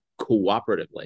cooperatively